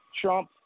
Trump